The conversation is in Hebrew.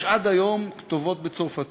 יש עד היום כתובות בצרפתית.